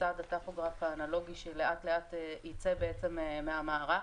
לצד הטכוגרף האנלוגי, שלאט לאט יצא בעצם מהמערך.